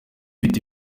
mfite